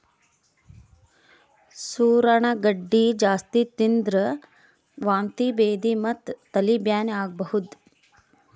ಸೂರಣ ಗಡ್ಡಿ ಜಾಸ್ತಿ ತಿಂದ್ರ್ ವಾಂತಿ ಭೇದಿ ಮತ್ತ್ ತಲಿ ಬ್ಯಾನಿ ಆಗಬಹುದ್